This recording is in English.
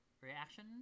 reaction